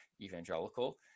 evangelical